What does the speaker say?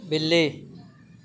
ॿिली